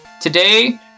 today